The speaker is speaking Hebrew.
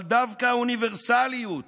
אבל דווקא האוניברסליות